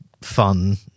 fun